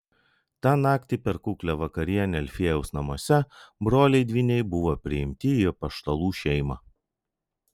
tą naktį per kuklią vakarienę alfiejaus namuose broliai dvyniai buvo priimti į apaštalų šeimą